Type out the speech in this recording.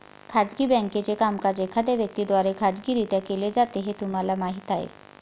खाजगी बँकेचे कामकाज एखाद्या व्यक्ती द्वारे खाजगीरित्या केले जाते हे तुम्हाला माहीत आहे